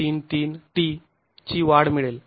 933 t ची वाढ मिळेल